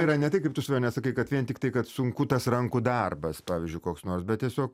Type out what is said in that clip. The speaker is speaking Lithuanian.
yra ne tai kaip tu svajone sakai kad vien tiktai kad sunku tas rankų darbas pavyzdžiui koks nors bet tiesiog